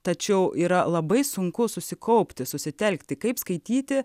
tačiau yra labai sunku susikaupti susitelkti kaip skaityti